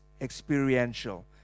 experiential